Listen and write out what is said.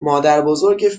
مادربزرگ